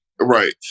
Right